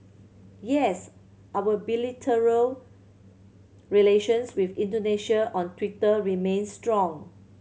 yes our relations with Indonesia on Twitter remains strong